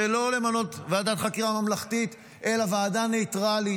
שלא למנות ועדת חקירה ממלכתית אלא ועדה ניטראלית,